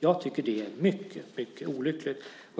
Det är mycket olyckligt.